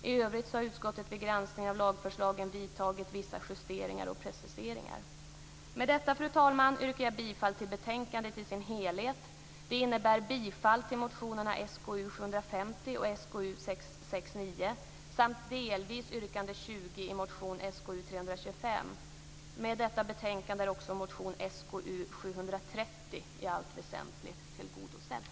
I övrigt har utskottet vid granskning av lagförslagen vidtagit vissa justeringar och preciseringar. Med detta, fru talman, yrkar jag bifall till hemställan i betänkandet i dess helhet. Det innebär bifall till motionerna Sk750 och Sk669 samt delvis till yrkande 20 i motion Sk325. Med detta betänkande är också motion Sk730 i allt väsentligt tillgodosedd.